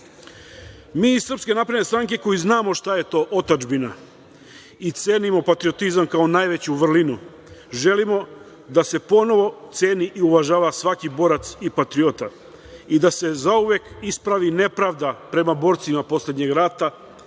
ali njima na čast. Mi, iz SNS, koji znamo šta je to otadžbina i cenimo patriotizam, kao najveću vrlinu, želimo da se ponovo ceni i uvažava svaki borac i patriota i da se zauvek ispravi nepravda prema borcima poslednjeg rata,